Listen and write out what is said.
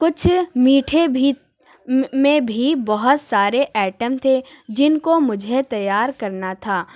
کچھ میٹھے بھی میں بھی بہت سارے آیٹم تھے جن کو مجھے تیار کرنا تھا